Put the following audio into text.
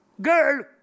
girl